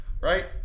Right